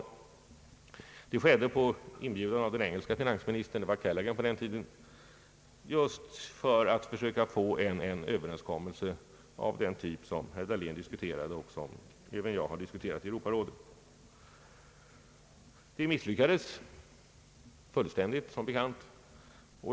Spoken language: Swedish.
Ministrarna samlades på inbjudan av den dåvarande engelska finansministern Callaghan just för att söka nå en överenskommelse av den typ som herr Dahlén efterlyste och som även jag har diskuterat i Europarådet. De misslyckades fullständigt, som bekant.